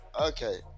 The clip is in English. okay